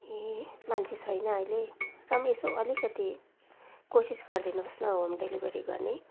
ए मान्छे छैन अहिले र पनि यसो अलिकति कोसिस गरिदिनुहोस् न होम डेलिभरी गर्ने